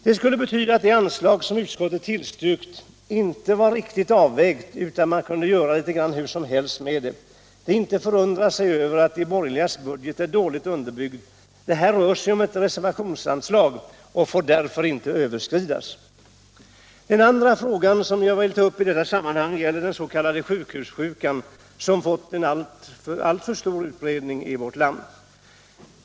Det skulle betyda att det anslag som utskottet har tillstyrkt inte var riktigt avvägt utan att man kunde göra litet hur som helst med det. Det är inte att förundra sig över att de borgerligas budget är dåligt underbyggd. Här rör det sig om ett reservationsanslag, och det får inte överskridas. Den andra fråga som jag vill ta upp i detta sammanhang gäller den s.k. sjukhussjukan som fått en alltför stor utbredning i vårt land.